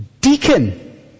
deacon